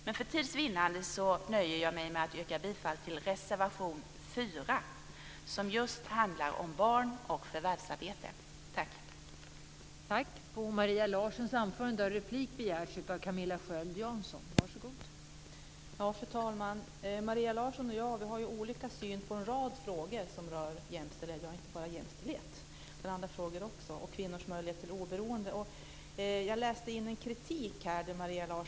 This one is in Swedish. Men för tids vinnande nöjer jag mig med att yrka bifall till reservation 4, som just handlar om barn och förvärvsarbete.